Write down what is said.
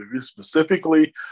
specifically